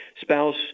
spouse